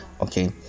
okay